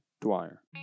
Dwyer